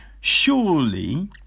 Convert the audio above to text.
surely